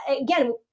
again